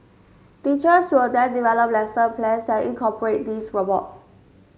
teachers will then develop lesson plans that incorporate these robots